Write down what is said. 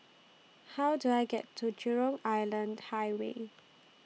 How Do I get to Jurong Island Highway